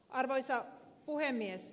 arvoisa puhemies